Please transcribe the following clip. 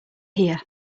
here